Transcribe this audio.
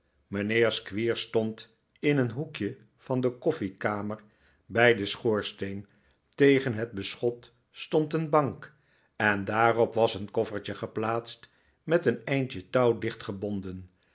mijnheer squeers stond in een hoekje van de koffiekamer bij den schoorsteen tegen het beschot stond een bank en daarop was een koffertje geplaatst met een eindje touw